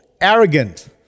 arrogant